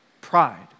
pride